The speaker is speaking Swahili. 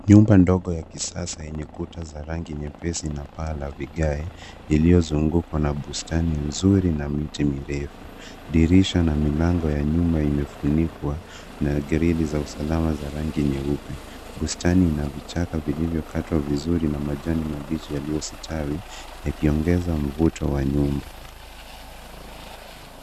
Nyumba ndogo ya kisasa yenye kuta za rangi nyepesi na paa la vigae iliyozungukwa na bustani nzuri na miti mirefu. Dirisha na milango ya nyuma imefunikwa na grili za usalama za rangi nyeupe. Bustani ina vichaka vilivyokatwa vizuri na majani mabichi yaliyostawi, yakiongeza mvuto wa nyumba.